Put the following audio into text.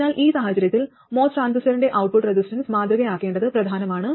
അതിനാൽ ഈ സാഹചര്യത്തിൽ MOS ട്രാൻസിസ്റ്ററിന്റെ ഔട്ട്പുട്ട് റെസിസ്റ്റൻസ് മാതൃകയാക്കേണ്ടത് പ്രധാനമാണ്